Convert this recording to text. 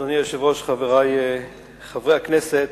אדוני היושב-ראש, חברי חברי הכנסת,